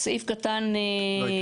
סעיף קטן (ב).